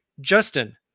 Justin